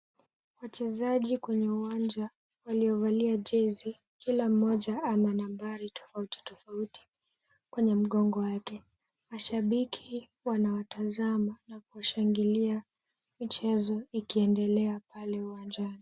Wachezaji kwenye uwanja waliovalia jezi. Kila mmoja ana nambari tofauti tofauti kwenye mgongo wake. Mashabiki wanawatazama na kuwashangilia michezo ikiendelea pale uwanjani.